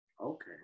Okay